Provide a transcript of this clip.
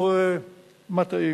לעקור מטעים.